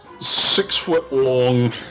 six-foot-long